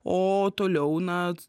o toliau na